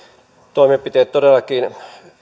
toimenpiteet todellakin